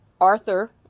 Arthur